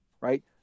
right